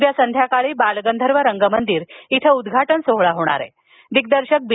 उद्या संध्याकाळी बालगंधर्व रंगमंदिर इथं उद्वाटन सोहळ्यात दिग्दर्शक बी